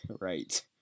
right